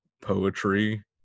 poetry